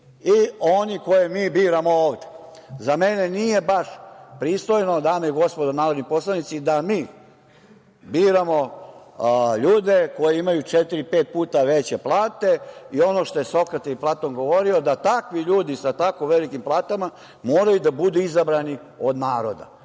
i oni koje mi biramo ovde.Za mene nije baš pristojno, dame i gospodo narodni poslanici, da mi biramo ljude koji imaju četiri, pet puta veće plate. I ono što su Sokrat i Platon govorili, da takvi ljudi, sa tako velikim platama, moraju da budu izabrani od naroda.